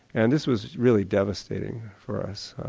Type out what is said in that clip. and this was really devastating for us.